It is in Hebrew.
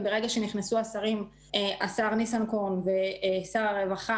וברגע שנכנסו השר ניסנקורן והשר שמולי,